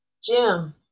Jim